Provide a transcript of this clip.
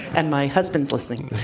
and my husband's listening.